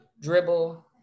dribble